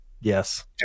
Yes